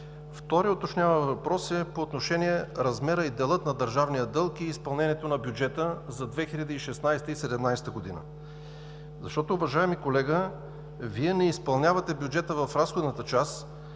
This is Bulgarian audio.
Вторият уточняващ въпрос е по отношение размера и дела на държавния дълг, и изпълнението на бюджета за 2016 г. и 2017 г. Уважаеми колега, Вие не изпълнявате бюджета в разходната част.